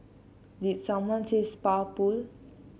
did someone say spa pool